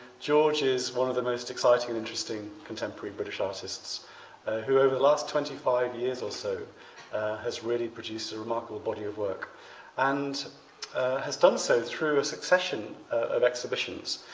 george is one of the most exciting and interesting contemporary british artists who over the last twenty five years or so has really produced a remarkable body of work and has done so through a succession of exhibitions.